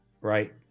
right